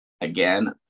again